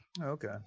Okay